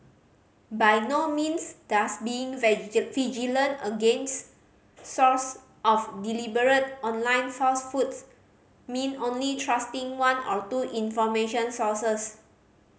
by no means does being vigilant against source of deliberate online falsehoods mean only trusting one or two information sources